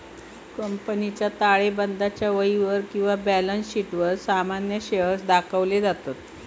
कंपनीच्या ताळेबंदाच्या वहीवर किंवा बॅलन्स शीटवर सामान्य शेअर्स दाखवले जातत